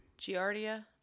giardia